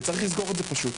צריך לסגור את זה פשוט.